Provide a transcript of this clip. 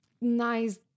nice